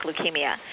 leukemia